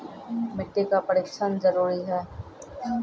मिट्टी का परिक्षण जरुरी है?